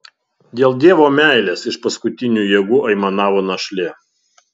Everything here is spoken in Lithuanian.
dėl dievo meilės iš paskutinių jėgų aimanavo našlė